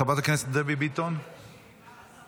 חברת הכנסת דבי ביטון, בבקשה.